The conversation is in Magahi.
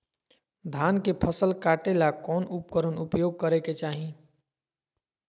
धान के फसल काटे ला कौन उपकरण उपयोग करे के चाही?